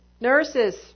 nurses